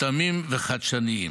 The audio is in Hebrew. מותאמים וחדשניים,